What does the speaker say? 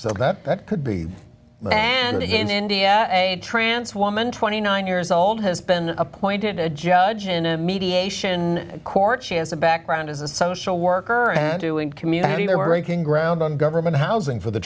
so that it could be and in india a trance woman twenty nine years old has been appointed a judge in a mediation court she has a background as a social worker and doing community they were making ground on government housing for the